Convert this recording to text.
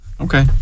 Okay